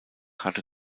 hatte